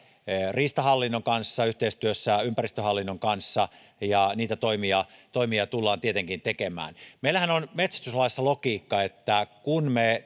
riistahallinnon kanssa yhteistyössä ympäristöhallinnon kanssa ja niitä toimia toimia tullaan tietenkin tekemään meillähän on metsästyslaissa logiikka että kun me